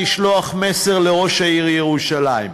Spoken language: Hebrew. לשלוח מסר לראש העיר ירושלים: